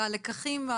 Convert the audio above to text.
ללקחים?